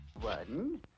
One